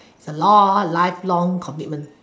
a lot life long commitment